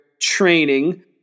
training